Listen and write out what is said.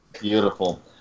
Beautiful